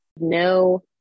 no